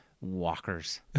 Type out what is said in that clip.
walkers